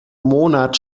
monat